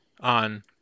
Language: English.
on